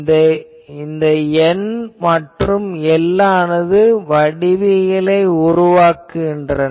இந்த N மற்றும் L ஆனது வடிவியலை உருவாக்குகின்றன